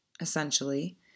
essentially